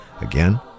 Again